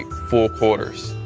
four quarters.